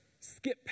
skip